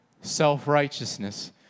Self-righteousness